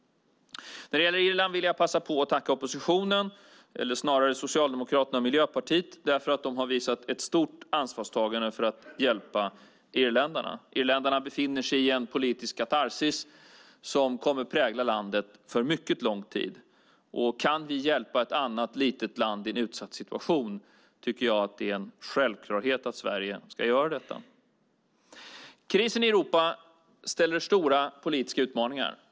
När det gäller Irland vill jag passa på att tacka oppositionen, eller snarare Socialdemokraterna och Miljöpartiet, för det stora ansvarstagande de har visat för att hjälpa irländarna. Irländarna befinner sig i en politisk katharsis som kommer att prägla landet för mycket lång tid. Kan Sverige hjälpa ett annat litet land i en utsatt situation tycker jag att det är en självklarhet att vi ska göra detta. Krisen i Europa ställer upp stora politiska utmaningar.